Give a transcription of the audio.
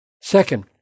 Second